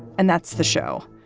and that's the show.